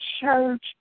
church